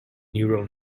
neural